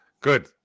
Good